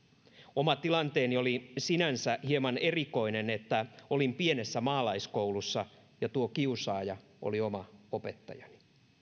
oma tilanteeni oli sinänsä hieman erikoinen että olin pienessä maalaiskoulussa ja tuo kiusaaja oli oma opettajani